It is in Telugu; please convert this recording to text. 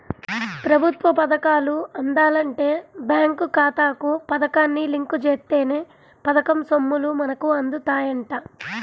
ప్రభుత్వ పథకాలు అందాలంటే బేంకు ఖాతాకు పథకాన్ని లింకు జేత్తేనే పథకం సొమ్ములు మనకు అందుతాయంట